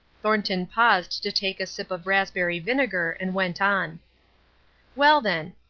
thornton paused to take a sip of raspberry vinegar and went on well, then.